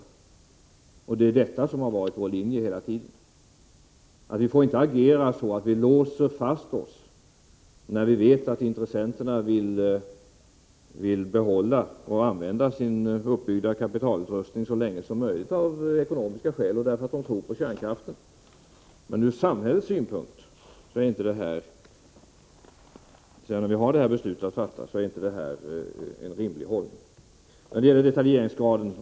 Detta har hela tiden varit vår linje. Man får inte agera så att man låser fast sig, när man vet att intressenterna vill behålla och använda det utrustningskapital som byggts upp så länge som möjligt, av ekonomiska skäl och därför att de tror på kärnkraften. Sedan avvecklingsbeslutet är fattat är det inte en rimlig hållning från samhällets synpunkt.